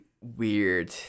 weird